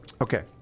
Okay